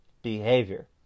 behavior